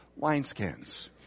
wineskins